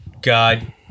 God